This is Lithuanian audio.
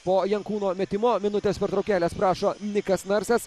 po jankūno metimo minutės pertraukėlės prašo nikas narsas